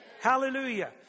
Hallelujah